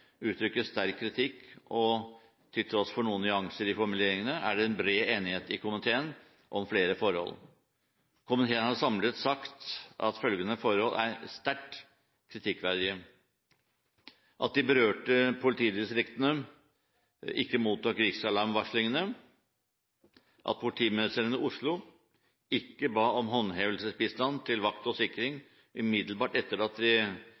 uttrykker sterk kritikk. Til tross for noen nyanser i formuleringene, er det bred enighet i komiteen om flere forhold. Komiteen har samlet sagt at følgende forhold er sterkt kritikkverdige: at de berørte politidistriktene ikke mottok riksalarmvarslingene, at politimesteren i Oslo ikke ba om håndhevelsesbistand til vakt og sikring umiddelbart etter at